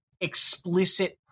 explicit